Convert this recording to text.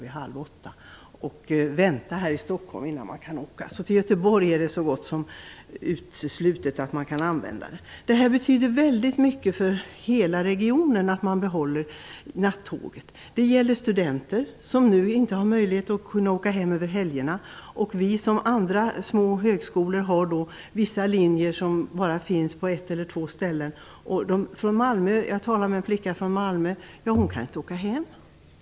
Sedan får man vänta i Stockholm innan man kan åka vidare. Det är så gott som uteslutet att man kan använda förbindelsen till Göteborg. Det betyder väldigt mycket för hela regionen att man behåller nattåget. Det gäller studenter som nu inte har möjlighet att åka hem över helgerna. Inom regionen finns små högskolor som har vissa linjer som bara finns på ett eller två ställen i landet. Jag talade med en flicka från Malmö som sade att hon inte kan åka hem.